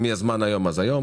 אם יהיה זמן היום אז היום,